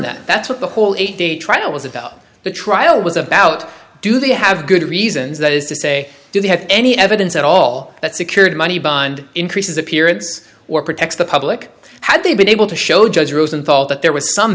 that that's what the whole eight day trial was about the trial was about do they have good reasons that is to say do they have any evidence at all that secured money behind increases appearance or protect the public had they been able to show judge rosenthal that there was some